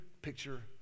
picture